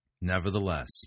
Nevertheless